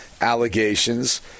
allegations